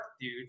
dude